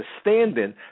stand-in